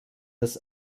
das